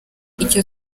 icyo